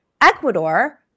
Ecuador